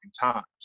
times